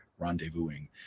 rendezvousing